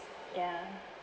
ya